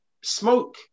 smoke